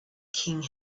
king